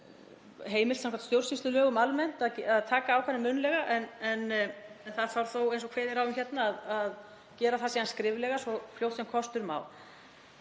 heimilt samkvæmt stjórnsýslulögum almennt að taka ákvarðanir munnlega en það þarf þó, eins og kveðið er á um hérna, að gera það síðan skriflega svo fljótt sem kostur er.